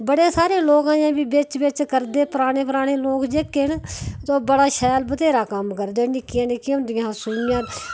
बडे़ सारे लोगें गी बिच बिच करदे पराने पराने लोग जेहके ना ओह् बड़ा शैल बथ्हेरा कम्म करदे न निक्के निक्के होदियां